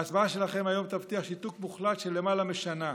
ההצבעה שלכם היום תבטיח שיתוק מוחלט של למעלה משנה.